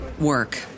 work